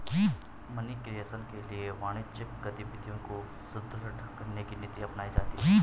money creation के लिए वाणिज्यिक गतिविधियों को सुदृढ़ करने की नीति अपनाई जाती है